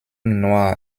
noir